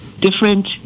different